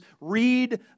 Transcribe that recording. Read